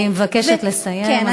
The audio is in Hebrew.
אני מבקשת לסיים, הזמן נגמר.